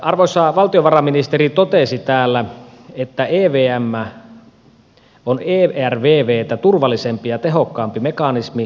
arvoisa valtiovarainministeri totesi täällä että evm on ervvtä turvallisempi ja tehokkaampi mekanismi veronmaksajan kannalta